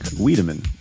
Wiedemann